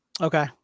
okay